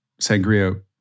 sangria